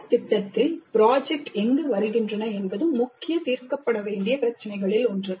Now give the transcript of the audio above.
பாடத்திட்டத்தில் ப்ராஜெக்ட் எங்கு வருகின்றன என்பது முக்கிய தீர்க்கப்பட வேண்டிய பிரச்சினைகளில் ஒன்று